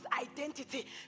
identity